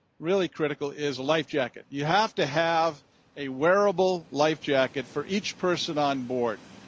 really critical, is a life jacket. you have to have a wearable life jacket for each person onboard.